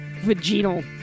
Vaginal